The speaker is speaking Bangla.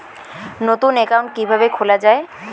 নতুন একাউন্ট কিভাবে খোলা য়ায়?